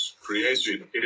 created